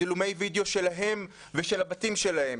צילומי וידיאו שלהם ושל הבתים שלהם,